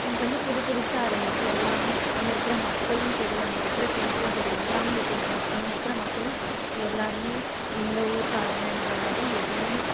எங்களுக்கு வந்து புது புதுசாக இருந்துச்சு எல்லாமே அங்கே இருக்கிற மக்களும் சரி அங்கே இருக்கிற திங்க்ஸும் சரி எல்லாமே வித்தியாசமா இருந்து அங்கே இருக்கிற மக்களும் எல்லாேருமே இந்த ஊர்க்காரங்ககிற மாதிரி எதுவுமே